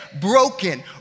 broken